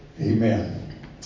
Amen